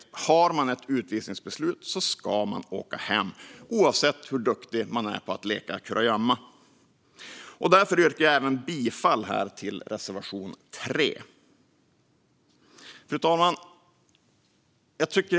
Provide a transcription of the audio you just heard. Om man har ett utvisningsbeslut ska man åka hem, oavsett hur duktig man är på att leka kurragömma. Därför yrkar jag bifall till reservation 3. Fru talman!